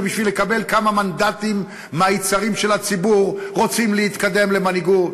ובשביל לקבל כמה מנדטים מהיצרים של הציבור כי רוצים להתקדם למנהיגות.